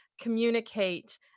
communicate